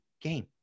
game